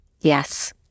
yes